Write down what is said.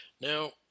Now